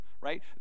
right